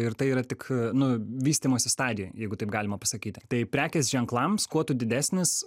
ir tai yra tik nu vystymosi stadijoj jeigu taip galima pasakyti tai prekės ženklams kuo tu didesnis